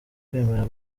kwemera